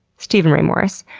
steven ray morris.